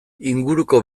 inguruko